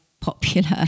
popular